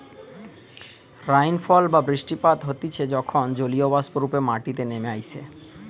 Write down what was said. rainfall বা বৃষ্টিপাত হতিছে যখন জলীয়বাষ্প রূপে মাটিতে নেমে আইসে